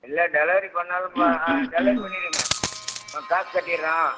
இல்லை டெலிவரி பண்ணாலும் ப ஆ டெலிவரி பண்ணிடுங்க ஆ காசு கட்டிட்டுறோம்